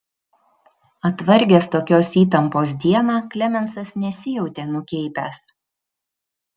atvargęs tokios įtampos dieną klemensas nesijautė nukeipęs